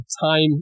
time